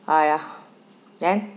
!aiya! then